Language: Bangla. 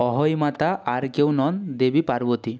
অহোই মাতা আর কেউ নন দেবী পার্বতী